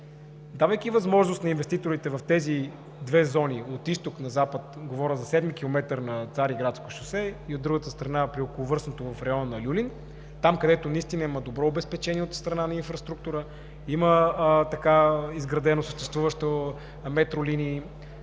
Давайки възможност на инвеститорите в тези две зони – от изток на запад, говоря за 7-ми километър на Цариградско шосе и от другата страна – при Околовръстното шосе в района на Люлин, там, където наистина има добро обезпечение от страна на инфраструктура, има изградени съществуващи метролинии,